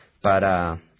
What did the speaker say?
para